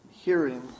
Hearing